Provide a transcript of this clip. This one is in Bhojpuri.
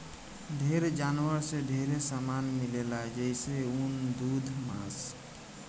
ढेर जानवर से ढेरे सामान मिलेला जइसे ऊन, दूध मांस